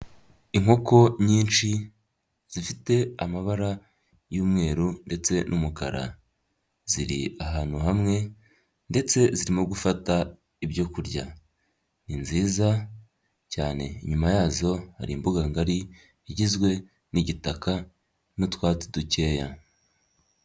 Inkoko nyinshi zifite amabara y'umweru ndetse n'umukara ziri ahantu hamwe ndetse zirimo gufata ibyo kurya, ni nziza cyane, inyuma yazo hari imbuga ngari igizwe n'igitaka n'utwatsi dukeya.